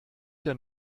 denn